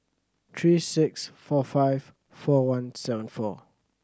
three six four five four one seven four